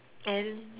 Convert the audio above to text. and